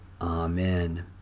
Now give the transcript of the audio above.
Amen